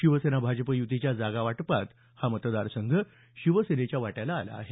शिवसेना भाजप युतीच्या जागावाटपात हा मतदारसंघ शिवसेनेच्या वाट्याला आलेला आहे